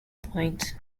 point